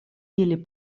ili